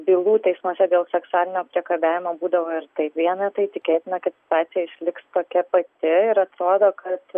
bylų teismuose dėl seksualinio priekabiavimo būdavo ir taip vienetai tikėtina kad situacija išliks tokia pati ir atrodo kad